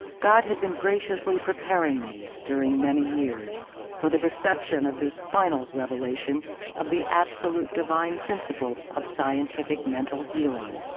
god had been graciously preparing me during many years for the reception of this final revelation of the absolute divine principle of scientific mental healing.